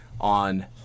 on